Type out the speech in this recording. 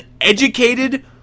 educated